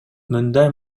мындай